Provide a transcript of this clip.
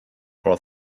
for